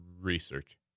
Research